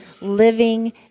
living